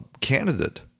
candidate